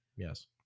Yes